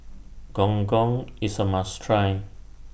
Gong Gong IS A must Try